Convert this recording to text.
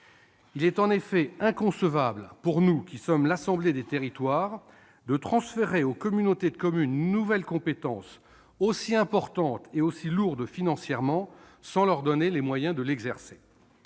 Il est en effet inconcevable, pour l'assemblée des territoires que nous sommes, de transférer aux communautés de communes une nouvelle compétence aussi importante et aussi lourde financièrement sans leur donner les moyens de l'exercer.